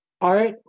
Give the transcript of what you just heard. art